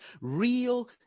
real